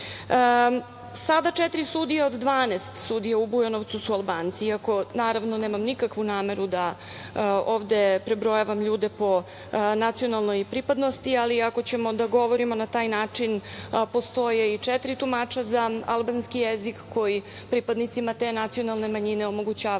četiri sudija od 12, sudija u Bujanovcu su Albanci, iako nemam nikakvu nameru da ovde prebrojavam ljude po nacionalnoj pripadnosti, ali ako ćemo da govorimo na taj način, postoje i četiri tumača za albanski jezik koji pripadnicima te nacionalne manjine omogućavaju